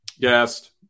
guest